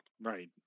Right